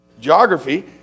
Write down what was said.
geography